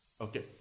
okay